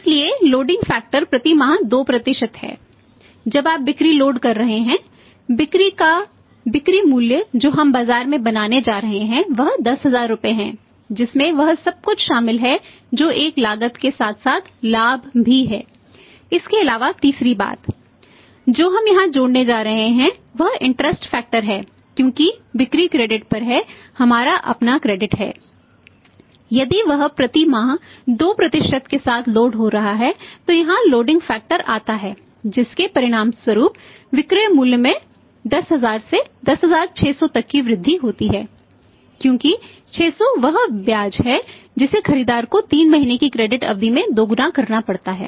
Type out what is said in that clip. इसलिए loading factor अवधि में दोगुना करना पड़ता है